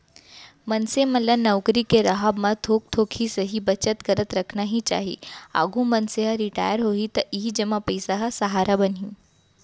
मनसे मन ल नउकरी के राहब म थोक थोक ही सही बचत करत रखना ही चाही, आघु मनसे ह रिटायर होही त इही जमा पइसा ह सहारा बनही